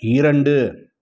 இரண்டு